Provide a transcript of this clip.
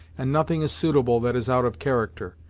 and nothing is suitable that is out of character.